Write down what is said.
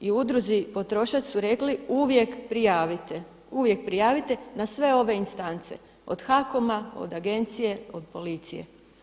I u udruzi „Potrošač“ su rekli uvijek prijavite, uvijek prijavite na sve ove instance od HAKOM-a, od agencije, od policije.